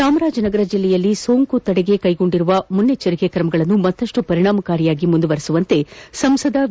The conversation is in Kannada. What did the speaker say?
ಚಾಮರಾಜನಗರ ಜಿಲ್ಲೆಯಲ್ಲಿ ಸೋಂಕು ತಡೆಗೆ ಕೈಗೊಂಡಿರುವ ಮುಂಜಾಗ್ರತಾ ತ್ರಮಗಳನ್ನು ಮತ್ತಪ್ಪು ಪರಿಣಾಮಕಾರಿಯಾಗಿ ಮುಂದುವರೆಸುವಂತೆ ಸಂಸದ ವಿ